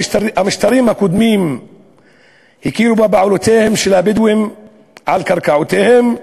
המשטרים הקודמים הכירו בבעלותם של הבדואים על קרקעותיהם.